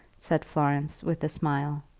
said florence, with a smile.